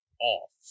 off